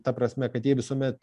ta prasme kad jie visuomet